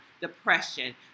depression